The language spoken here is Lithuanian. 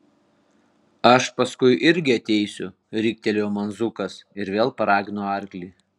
aš paskui irgi ateisiu riktelėjo man zukas ir vėl paragino arklį